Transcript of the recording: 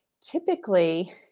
typically